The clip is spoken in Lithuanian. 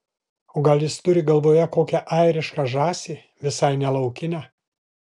o gal jis turi galvoje kokią airišką žąsį visai ne laukinę